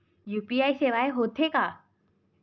UPI सेवाएं हो थे का?